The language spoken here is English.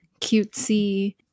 cutesy